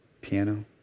Piano